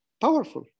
powerful